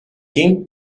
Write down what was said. quem